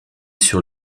sur